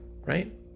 Right